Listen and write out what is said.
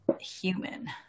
human